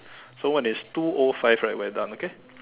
so when it's two O five right we are done okay